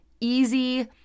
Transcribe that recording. easy